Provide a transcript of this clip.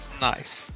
nice